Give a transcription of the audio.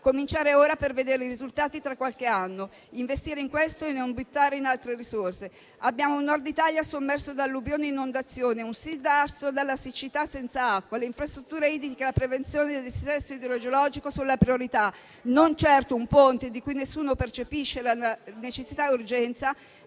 cominciare ora per vedere i risultati tra qualche anno; investire in questo e non buttare in altro risorse. Abbiamo un Nord Italia sommerso da alluvioni e inondazioni e un Sud arso dalla siccità e senza acqua. Le infrastrutture idriche e la prevenzione del dissesto idrogeologico sono la priorità, e non certo un ponte di cui nessuno percepisce la necessità e urgenza,